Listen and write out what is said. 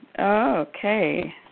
Okay